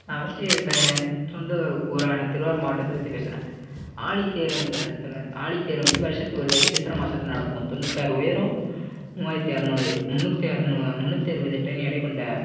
நா ஃபர்ஸ்ட் என் சொந்த ஊரான திருவாரூர் மாவட்டத்தை பற்றி பேசறேன் ஆழித்தேருங்கிற இடத்துல ஆழித்தேர் வந்து வருஷத்து ஒரு தாட்டி சித்திரை மாசத்தில் நடக்கும் தொண்ணூத்தாறு உயரம் மூவாயிரத்தி அறுநூறு முன்னூத்தி முன்னூத்தி அறுபது டன் எடை கொண்ட